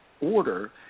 order